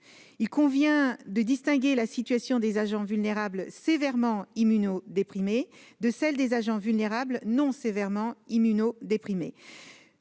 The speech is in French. Il convient de distinguer la situation des agents vulnérables sévèrement immunodéprimés de celle des agents vulnérables qui ne le sont pas.